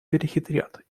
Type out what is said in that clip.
перехитрят